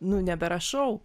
nu neberašau